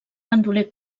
bandoler